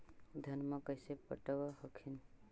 धन्मा कैसे पटब हखिन?